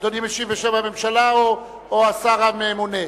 אדוני משיב בשם הממשלה או השר המתאם?